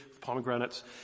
pomegranates